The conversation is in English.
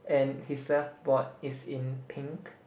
and his surfboard is in pink